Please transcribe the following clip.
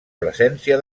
presència